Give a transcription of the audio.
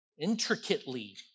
intricately